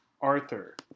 Arthur